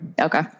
Okay